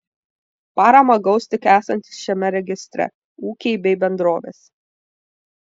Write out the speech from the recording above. paramą gaus tik esantys šiame registre ūkiai bei bendrovės